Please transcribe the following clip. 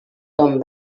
ton